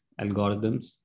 algorithms